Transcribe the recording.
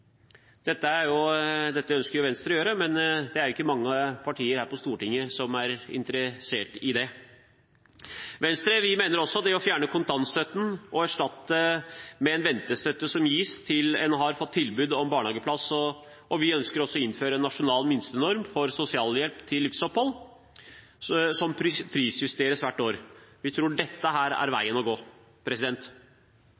Dette ønsker Venstre å gjøre, men det er ikke mange partier her på Stortinget som er interessert i det. Venstre vil fjerne kontantstøtten og erstatte den med en ventestøtte som gis til en har fått tilbud om barnehageplass, og vi ønsker også å innføre en nasjonal minstenorm for sosialhjelp til livsopphold som prisjusteres hvert år. Vi tror dette er veien å gå. En trygg og stabil boligsituasjon er